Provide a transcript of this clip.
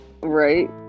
Right